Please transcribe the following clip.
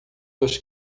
dos